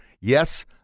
Yes